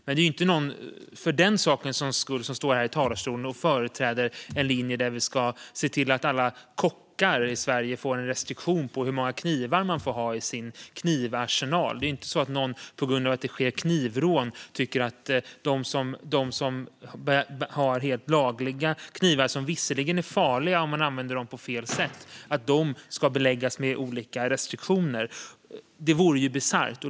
Det är inte någon som för den sakens skull står här i talarstolen och företräder en linje där vi ska se till att alla kockar i Sverige får en restriktion på hur många knivar de får ha i sin knivarsenal. Det är inte så att någon på grund av att det sker knivrån tycker att de som har helt lagliga knivar, som visserligen är farliga om man använder dem på fel sätt, ska beläggas med olika restriktioner. Det vore bisarrt.